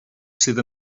sydd